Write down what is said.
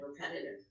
repetitive